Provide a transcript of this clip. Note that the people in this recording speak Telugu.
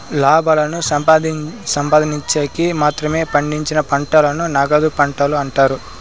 లాభాలను సంపాదిన్చేకి మాత్రమే పండించిన పంటలను నగదు పంటలు అంటారు